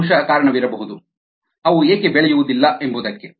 ಇದೇ ಬಹುಶಃ ಕಾರಣವಿರಬಹುದು ಅವು ಏಕೆ ಬೆಳೆಯುವುದಿಲ್ಲ ಎಂಬುದಕ್ಕೆ